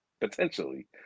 potentially